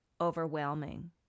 overwhelming